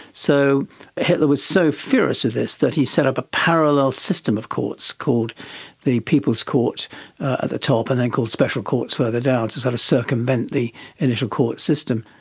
so hitler was so furious with this that he set up a parallel system of courts called the people's court at the top and then called special courts further down to sort of circumvent the initial court system.